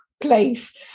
place